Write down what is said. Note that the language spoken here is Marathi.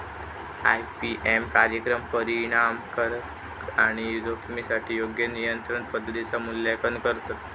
आई.पी.एम कार्यक्रम परिणामकारकता आणि जोखमीसाठी योग्य नियंत्रण पद्धतींचा मूल्यांकन करतत